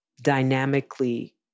dynamically